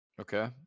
Okay